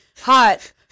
Hot